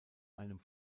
einem